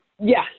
yes